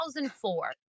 2004